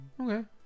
Okay